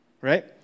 Right